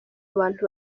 bantu